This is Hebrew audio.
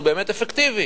ה-100% הוא באמת אפקטיבי,